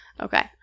Okay